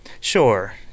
sure